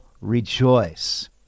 rejoice